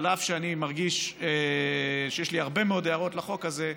אף שאני מרגיש שיש לי הרבה מאוד הערות על חוק הזה,